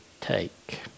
take